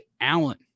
Allen